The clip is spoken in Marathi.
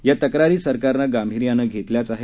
या तक्रारी सरकारनं गांभिर्यानं घेतल्याचं आहेत